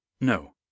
No